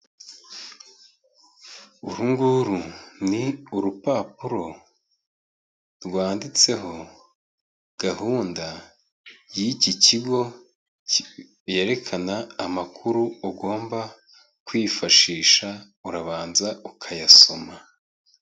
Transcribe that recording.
Uru nguru ni urupapuro rwanditseho gahunda y'iki kigo yerekana amakuru ugomba kwifashisha, urabanza ukayasoma.